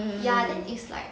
mm mm